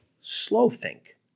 slow-think